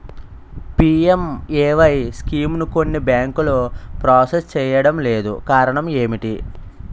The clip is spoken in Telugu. పి.ఎం.ఎ.వై స్కీమును కొన్ని బ్యాంకులు ప్రాసెస్ చేయడం లేదు కారణం ఏమిటి?